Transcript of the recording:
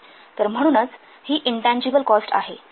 तर म्हणूनच ही इनटँजिबल कॉस्ट आहे